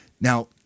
Now